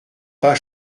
pas